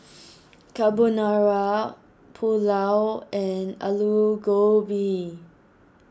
Carbonara Pulao and Alu Gobi